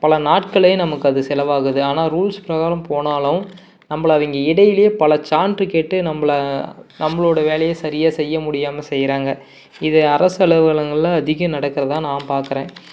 பல நாட்களே நமக்கு அது செலவாகுது ஆனால் ரூல்ஸ் பிரகாரம் போனாலும் நம்மள அவங்க இடையிலயே பல சான்று கேட்டு நம்மள நம்மளோட வேலைய சரியா செய்ய முடியாமல் செய்கிறாங்க இது அரசு அலுவலங்களில் அதிகம் நடக்கிறதா நான் பார்க்கறேன்